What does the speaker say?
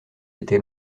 été